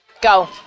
Go